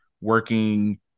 working